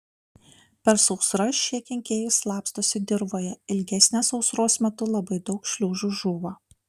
per sausras šie kenkėjai slapstosi dirvoje ilgesnės sausros metu labai daug šliužų žūva